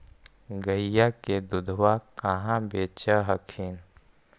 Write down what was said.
गईया के दूधबा कहा बेच हखिन?